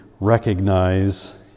recognize